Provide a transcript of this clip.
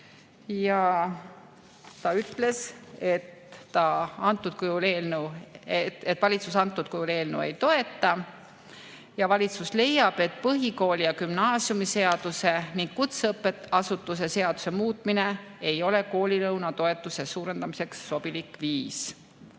Ta ütles, et valitsus antud kujul eelnõu ei toeta ja valitsus leiab, et põhikooli‑ ja gümnaasiumiseaduse ning kutseõppeasutuse seaduse muutmine ei ole koolilõuna toetuse suurendamiseks sobilik viis.